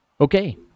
Okay